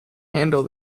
handle